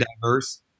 diverse